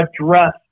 address